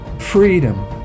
Freedom